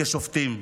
כשופטים.